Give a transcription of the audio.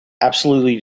absolutely